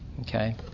Okay